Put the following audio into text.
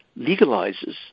legalizes